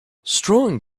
strong